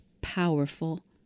powerful